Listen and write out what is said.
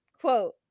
quote